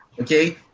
Okay